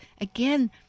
again